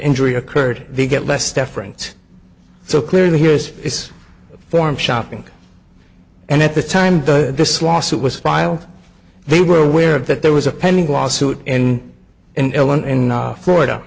injury occurred they get less deference so clearly here is this forum shopping and at the time the this lawsuit was filed they were aware of that there was a pending lawsuit in illinois in florida